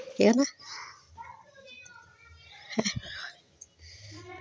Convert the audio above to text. केह् करना